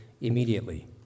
immediately